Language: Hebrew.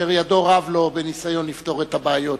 אשר ידיו רב לו בניסיון לפתור את הבעיות,